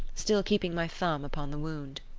still keeping my thumb upon the wound.